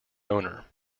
owner